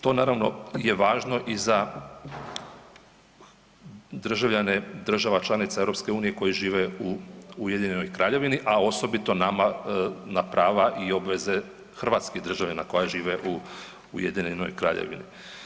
To naravno je važno i za državljane država članica EU koji žive u Ujedinjenoj Kraljevini, a osobito nama na prava i obveze hrvatskih državljana koji žive u Ujedinjenoj Kraljevini.